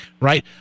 right